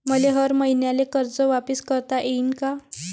मले हर मईन्याले कर्ज वापिस करता येईन का?